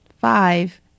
Five